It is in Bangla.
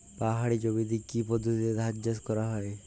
পাহাড়ী জমিতে কি পদ্ধতিতে ধান চাষ করা যায়?